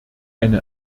eine